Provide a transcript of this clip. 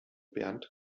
bernd